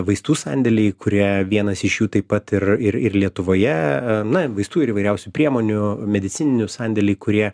vaistų sandėliai kurie vienas iš jų taip pat ir ir lietuvoje na vaistų ir įvairiausių priemonių medicininių sandėliai kurie